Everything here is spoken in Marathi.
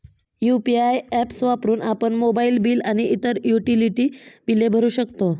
यु.पी.आय ऍप्स वापरून आपण मोबाइल बिल आणि इतर युटिलिटी बिले भरू शकतो